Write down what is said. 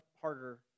harder